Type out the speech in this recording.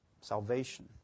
Salvation